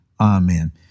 Amen